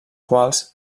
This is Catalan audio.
quals